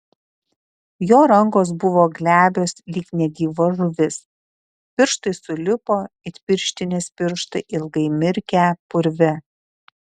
jo rankos buvo glebios lyg negyva žuvis pirštai sulipo it pirštinės pirštai ilgai mirkę purve